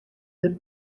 der